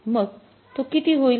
मग तो किती होईल